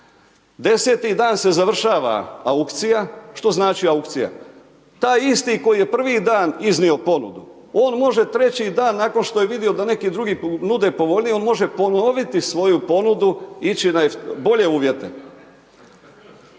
10 dan se završava aukcija, što znači aukcija, taj isti koji je prvi dan iznio ponudu on može treći dan nakon što je vido da neki drugi nude povoljnije, on može ponoviti svoju ponudu, ići na bolje uvjete.